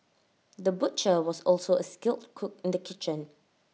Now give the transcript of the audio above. the butcher was also A skilled cook in the kitchen